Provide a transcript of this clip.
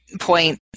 point